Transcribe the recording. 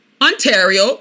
Ontario